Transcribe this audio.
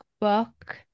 book